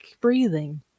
breathing